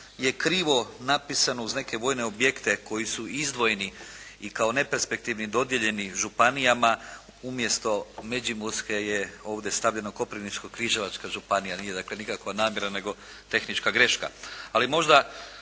je krivo napisano uz neke vojne objekte koji su izdvojeni i kao neperspektivni dodijeljeni županijama umjesto Međimurske je ovdje stavljeno Koprivničko-križevačka županija. Nije dakle nikakva namjera nego tehnička greška.